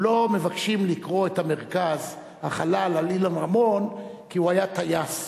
לא מבקשים לקרוא את מרכז החלל על שם אילן רמון כי הוא היה טייס,